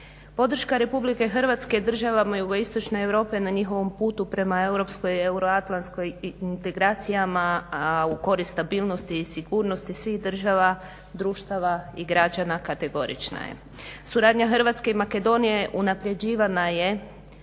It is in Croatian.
Podrška RH državama jugoistočne Europe na njihovom putu prema europskoj i euroatlantskoj integracijama, a u korist stabilnosti i sigurnosti svih država, društava i građana kategorična je. Suradnja Hrvatske i Makedonije unapređivana je